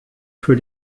für